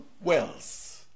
wells